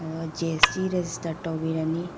ꯑꯗꯨꯒ G S T register ꯇꯧꯕꯤꯔꯅꯤ